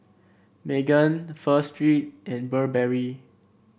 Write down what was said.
Megan Pho Street and Burberry